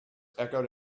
echoed